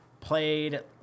played